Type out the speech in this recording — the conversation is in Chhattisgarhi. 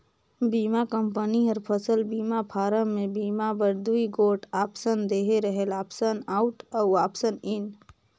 बीमा कंपनी हर फसल बीमा फारम में बीमा बर दूई गोट आप्सन देहे रहेल आप्सन आउट अउ आप्सन इन